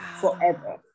forever